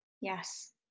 Yes